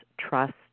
trust